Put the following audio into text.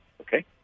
Okay